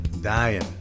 Dying